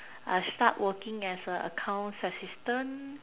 I start working as a accounts assistant